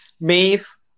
Maeve